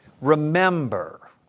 Remember